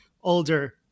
older